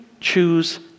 choose